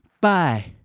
Bye